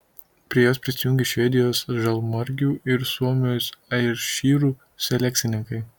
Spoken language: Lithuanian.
prie jos prisijungė švedijos žalmargių ir suomijos airšyrų selekcininkai